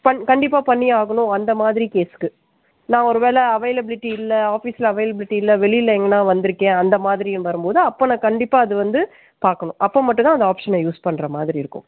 கண்டிப்பாக பண்ணி ஆகணும் அந்த மாதிரி கேஸுக்கு நான் ஒரு வேலை அவைலபிலிட்டி இல்லை ஆஃபிஸில் அவைலபிலிட்டி இல்லை வெளியில எங்கேனா வந்துருக்கேன் அந்த மாதிரி வரும்போது அப்போ நான் கண்டிப்பாக அது வந்து பார்க்கணும் அப்போ மட்டும் தான் அந்த ஆப்ஷனை யூஸ் பண்ணுற மாதிரி இருக்கும்